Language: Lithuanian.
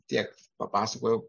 tiek papasakojau